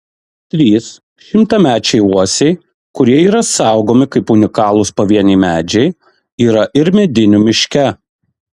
trys šimtamečiai uosiai kurie yra saugomi kaip unikalūs pavieniai medžiai yra ir medinių miške